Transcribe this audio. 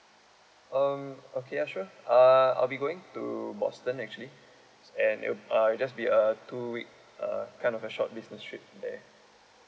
um okay ya sure uh I'll be going to boston actually and it uh it'll just be a two week uh kind of a short business trip there